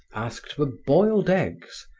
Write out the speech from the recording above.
asked for boiled eggs,